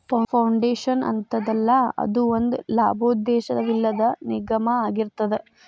foundation ಅಂತದಲ್ಲಾ, ಅದು ಒಂದ ಲಾಭೋದ್ದೇಶವಿಲ್ಲದ್ ನಿಗಮಾಅಗಿರ್ತದ